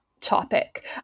topic